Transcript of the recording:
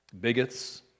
bigots